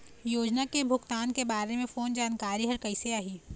योजना के भुगतान के बारे मे फोन जानकारी हर कइसे आही?